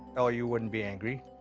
or you wouldn't be angry.